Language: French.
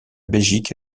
belgique